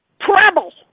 trouble